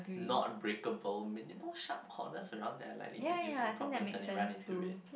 not breakable minimal sharp corners around that are likely to give them problems when they run into it